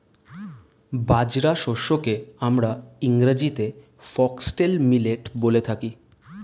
বাজরা শস্যকে আমরা ইংরেজিতে ফক্সটেল মিলেট বলে থাকি